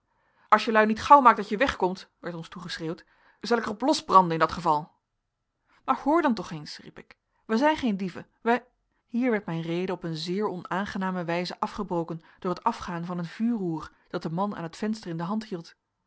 as jelui niet gauw maakt dat je wegkomt werd ons toegeschreeuwd zel ik er op losbranden in dat geval maar hoor dan toch eens riep ik wij zijn geen dieven wij hier werd mijn rede op een zeer onaangename wijze afgebroken door het afgaan van een vuurroer dat de man aan het venster in de hand hield